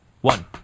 one